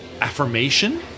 affirmation